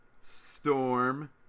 Storm